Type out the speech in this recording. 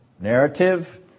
narrative